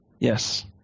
Yes